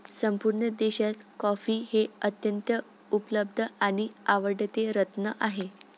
संपूर्ण देशात कॉफी हे अत्यंत उपलब्ध आणि आवडते रत्न आहे